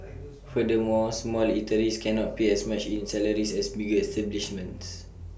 furthermore small eateries cannot pay as much in salaries as bigger establishments